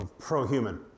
Pro-human